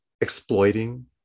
exploiting